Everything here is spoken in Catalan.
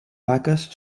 vaques